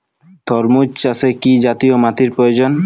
তরমুজ চাষে কি জাতীয় মাটির প্রয়োজন?